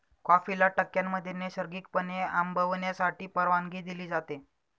कॉफीला टाक्यांमध्ये नैसर्गिकपणे आंबवण्यासाठी परवानगी दिली जाते